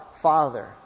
Father